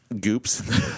Goop's